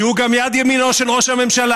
שהוא גם יד ימינו של ראש הממשלה,